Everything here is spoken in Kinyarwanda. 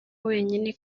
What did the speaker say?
wenyine